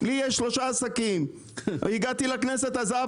לי יש שלושה עסקים; עזבתי אותם כשהגעתי לכנסת.